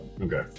okay